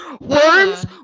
Worms